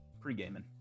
pre-gaming